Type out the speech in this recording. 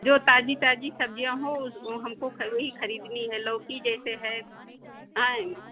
जो ताज़ी ताज़ी सब्ज़ियाँ हो वो हमको वही ख़रीदनी है वह लौकी जैसे है हैं